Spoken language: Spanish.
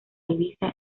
ibiza